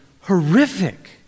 horrific